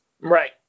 Right